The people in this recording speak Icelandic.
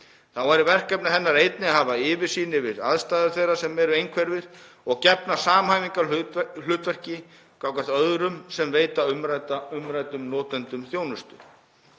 Þá væri verkefni hennar einnig að hafa yfirsýn yfir aðstæður þeirra sem eru einhverfir og gegna samhæfingarhlutverki gagnvart öðrum sem veita umræddum notendum þjónustu.